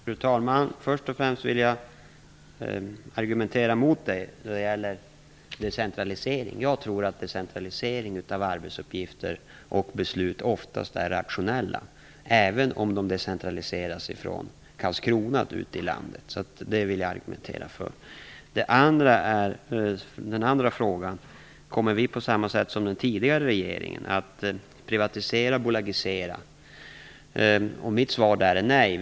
Fru talman! Först och främst vill jag argumentera mot Per Rosengren då det gäller decentraliseringen. Jag tror att en decentralisering av arbetsuppgifter och beslut oftast är rationell, även om dessa decentraliseras från Karlskrona ut till andra delar i landet. Den saken vill jag alltså argumentera för. Så till frågan om vi på samma sätt som den tidigare regeringen kommer att privatisera och bolagisera. Mitt svar är nej.